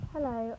Hello